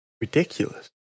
ridiculous